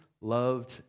loved